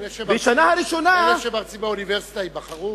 אלה שמרצים באוניברסיטה ייבחרו?